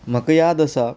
म्हाका याद आसा